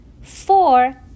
Four